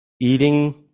eating